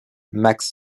max